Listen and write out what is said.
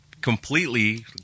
completely